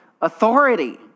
authority